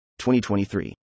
2023